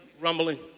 rumbling